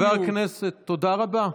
חבר הכנסת, תודה רבה.